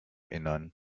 innern